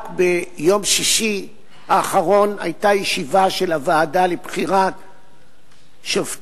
רק ביום שישי האחרון היתה ישיבה של הוועדה לבחירת שופטים,